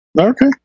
Okay